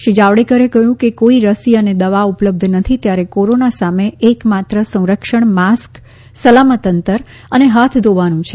શ્રી જાવડેકરે કહ્યું કે કોઈ રસી અને દવા ઉપલબ્ધ નથી ત્યારે કોરોના સામે એકમાત્ર સંરક્ષણ માસ્ક સલામત અંતર અને હાથ ધોવાનું છે